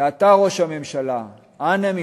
ואתה, ראש הממשלה, אנא ממך,